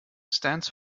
stands